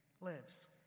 lives